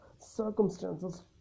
Circumstances